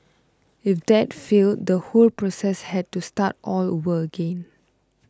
if that failed the whole process had to start all over again